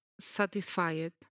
satisfied